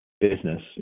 business